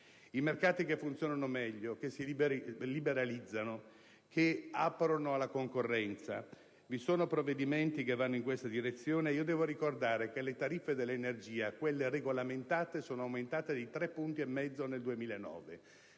I mercati che funzionano meglio sono quelli che si liberalizzano, che aprono alla concorrenza. Vi sono provvedimenti che vanno in questa direzione? No. Devo ricordare che le tariffe dell'energia, quelle regolamentate, sono aumentate di tre punti e mezzo